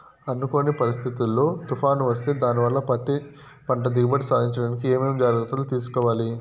అనుకోని పరిస్థితుల్లో తుఫాను వస్తే దానివల్ల పత్తి పంట దిగుబడి సాధించడానికి ఏమేమి జాగ్రత్తలు తీసుకోవాలి?